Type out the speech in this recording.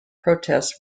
protests